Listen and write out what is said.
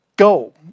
go